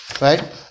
right